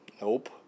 Nope